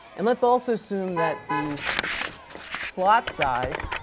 and let's also assume that the slot size